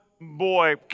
boy